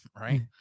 right